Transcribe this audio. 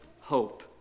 hope